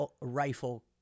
Rifle